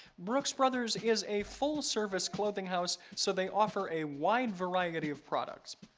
brooks brothers is a full-service clothing house so they offer a wide variety of products,